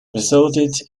resulted